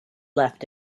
left